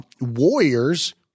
warriors